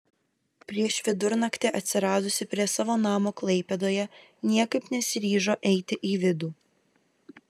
prieš vidurnakti atsiradusi prie savo namo klaipėdoje niekaip nesiryžo eiti į vidų